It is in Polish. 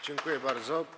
Dziękuję bardzo.